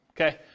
okay